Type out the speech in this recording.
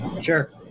Sure